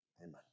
Amen